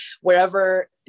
wherever